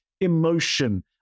emotion